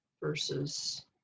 versus